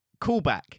callback